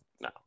no